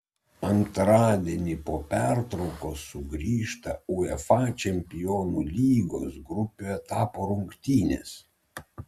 antradienį po pertraukos sugrįžta uefa čempionų lygos grupių etapo rungtynės